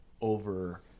over—